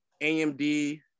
AMD